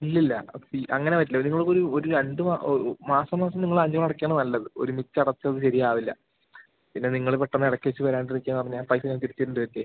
ഇല്ലില്ല അങ്ങനെ പറ്റില്ല നിങ്ങൾക്ക് ഒരു ഒര് രണ്ട് മാസം മാസം നിങ്ങൾ അഞ്ഞൂറ് അടയ്ക്കുകയാണ് നല്ലത് ഒരുമിച്ച് അടച്ചാൽ അത് ശരിയാവില്ല പിന്നെ നിങ്ങൾ പെട്ടെന്ന് ഇടയ്ക്ക് വച്ച് വരാണ്ട് ഇരിക്കുകയാണെന്ന് പറഞ്ഞാൽ ആ പൈസ ഞാൻ തിരിച്ച് തരേണ്ടി വരില്ലെ